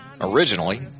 originally